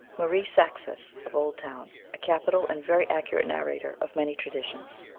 marie saksis, of oldtown, a capital and very accurate narrator of many traditions.